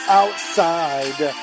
outside